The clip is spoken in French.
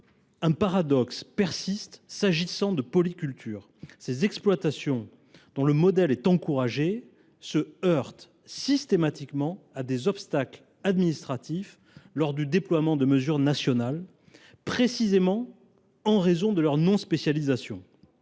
un paradoxe persiste s’agissant de polyculture : ces exploitations, dont le modèle est encouragé, se heurtent systématiquement à des obstacles administratifs lors du déploiement de mesures nationales, précisément en raison de leur non spécialisation.